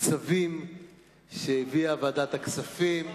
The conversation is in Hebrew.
צווים שהביאה ועדת הכספים.